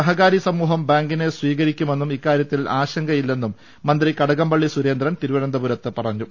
സഹകാരി സമൂഹം ബാങ്കിനെ സ്വീകരിക്കുമെന്നും ഇക്കാര്യത്തിൽ ആശങ്കയില്ലെന്നും മ്യൂന്തി കടകംപള്ളി സുരേന്ദ്രൻ തിരുവനന്തപുരത്ത് പറഞ്ഞു